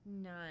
None